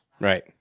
Right